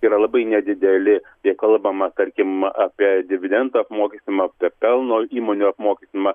yra labai nedideli jei kalbama tarkim apie dividendų apmokestinimą apie pelno įmonių apmokestinimą